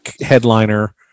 headliner